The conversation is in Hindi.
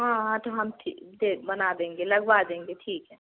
हाँ हाँ तो हम ठीक दे बना देंगे लगवा देंगे ठीक है